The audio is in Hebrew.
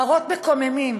מראות מקוממים